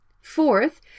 Fourth